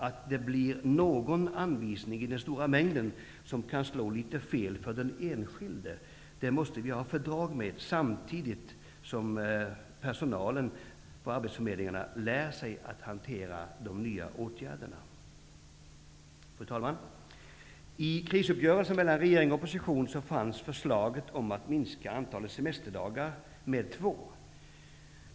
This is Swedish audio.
Att någon anvisning i den stora mängden kan slå fel för den enskilde, måste vi ha fördrag med, samtidigt som personalen på arbetsförmedlingarna lär sig att hantera de nya åtgärderna. Fru talman! I krisuppgörelsen mellan regeringen och oppositionen fanns förslaget om att minska antalet semesterdagar med två.